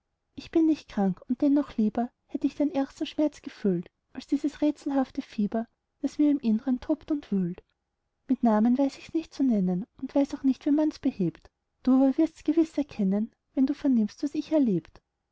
ich bin nicht krank und dennoch lieber hätt ich den ärgsten schmerz gefühlt als dieses rätselhafte fieber das mir im innern tobt und wühlt mit namen weiß ich's nicht zu nennen und weiß auch nicht wie man's behebt du aber wirst's gewiß erkennen wenn du vernimmst was ich erlebt